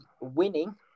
winning